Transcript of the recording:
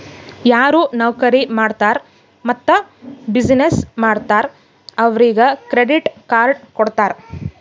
ಯಾರು ನೌಕರಿ ಮಾಡ್ತಾರ್ ಮತ್ತ ಬಿಸಿನ್ನೆಸ್ ಮಾಡ್ತಾರ್ ಅವ್ರಿಗ ಕ್ರೆಡಿಟ್ ಕಾರ್ಡ್ ಕೊಡ್ತಾರ್